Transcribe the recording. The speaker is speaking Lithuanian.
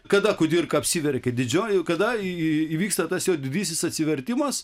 kada kudirka apsiverkė didžiojoj kada įvyksta tas jo didysis atsivertimas